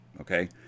okay